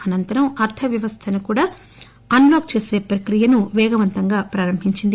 అనంతరం అర్ధ వ్యవస్థను కూడా అన్ లాక్ చేసే ప్రక్రియను వేగవంతంగా ప్రారంభించంది